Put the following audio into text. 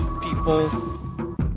people